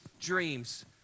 dreams